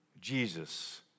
Jesus